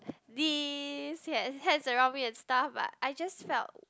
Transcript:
this he had hands around me and stuff but I just felt